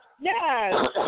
yes